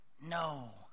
no